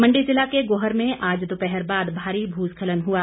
मंडी ज़िला के गोहर में आज दोपहर बाद भारी भूस्खलन हुआ